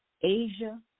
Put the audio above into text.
Asia